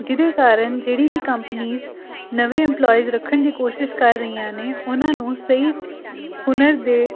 ਜਿਹਦੇ ਕਾਰਨ ਜਿਹੜੀ ਵੀ ਕੰਪਨੀਜ਼ ਨਵੇਂ ਇਮਪਲੋਈਜ਼ ਰੱਖਣ ਦੀ ਕੋਸ਼ਿਸ਼ ਕਰ ਰਹੀਆਂ ਨੇ ਉਹਨਾਂ ਨੂੰ ਸਹੀ ਹੁਨਰ ਦੇ